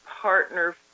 partner